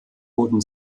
wurden